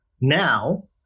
now